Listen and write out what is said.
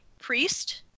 Priest